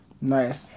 Nice